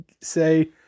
say